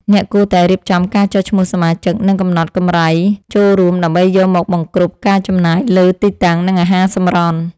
អ្នកគួរតែរៀបចំការចុះឈ្មោះសមាជិក និងកំណត់កម្រៃចូលរួម ដើម្បីយកមកបង្គ្រប់ការចំណាយលើទីតាំង និងអាហារសម្រន់។